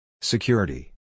Security